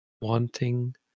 wanting